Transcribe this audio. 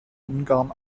ungarn